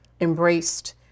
embraced